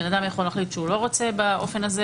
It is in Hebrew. בן אדם יכול להחליט שהוא לא רוצה להזדהות באופן הזה,